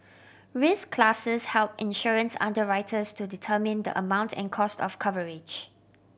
risk classes help insurance underwriters to determine the amount and cost of coverage